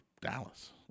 Dallas